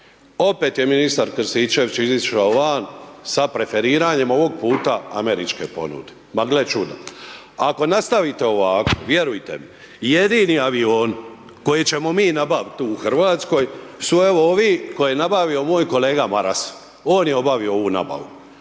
opet je ministar Krstičević izišao van sa preferiranjem ovog puta američke ponude. Ma gle čuda. Ako nastavite ovako, vjerujte mi, jedini avioni koje ćemo mi nabaviti tu u Hrvatskoj su evo ovi, koje je nabavio moj kolega Maras. On je obavio ovu nabavu.